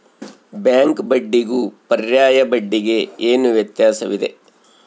Bank ಬಡ್ಡಿಗೂ ಪರ್ಯಾಯ ಬಡ್ಡಿಗೆ ಏನು ವ್ಯತ್ಯಾಸವಿದೆ?